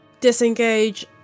disengage